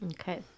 Okay